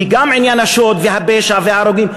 כי גם עניין השוד והפשע וההרוגים,